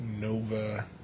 Nova